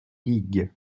digue